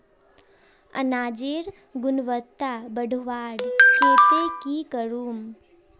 अनाजेर गुणवत्ता बढ़वार केते की करूम?